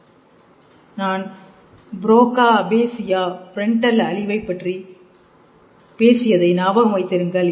நீங்கள் நான் Broca aphasia frontal அழிவைப் பற்றி பேசியதை ஞாபகம் வைத்திருங்கள்